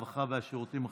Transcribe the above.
הרווחה והשירותים החברתיים,